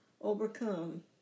overcome